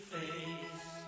face